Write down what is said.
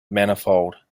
manifold